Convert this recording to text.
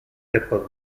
apple